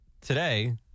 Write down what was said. today